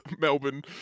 Melbourne